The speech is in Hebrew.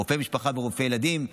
רופאי משפחה ורופאי ילדים.